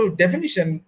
definition